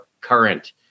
current